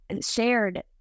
shared